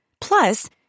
Plus